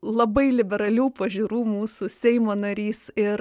labai liberalių pažiūrų mūsų seimo narys ir